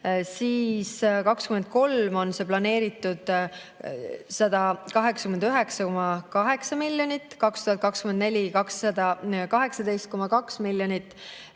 siis 2023 on see planeeritud 189,8 miljonit, 2024 on 218,2 miljonit